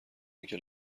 اینکه